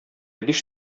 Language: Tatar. биш